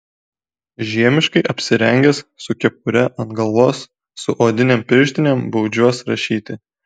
žiemiškai apsirengęs su kepure ant galvos su odinėm pirštinėm baudžiuos rašyti